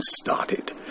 started